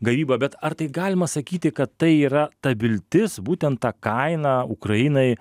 gamybą bet ar tai galima sakyti kad tai yra ta viltis būtent ta kaina ukrainai